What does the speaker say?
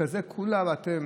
בכזה קולה אתם,